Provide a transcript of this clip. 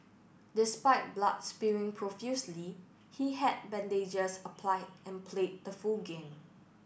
despite blood spewing profusely he had bandages applied and played the full game